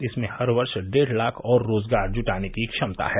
इसमें हर वर्ष डेढ़ लाख और रोजगार जुटाने की क्षमता है